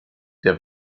der